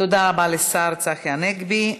תודה רבה לשר צחי הנגבי.